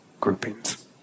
groupings